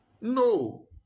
no